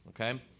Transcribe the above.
Okay